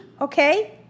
okay